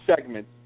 segment